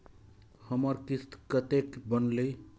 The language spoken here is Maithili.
हमर किस्त कतैक बनले?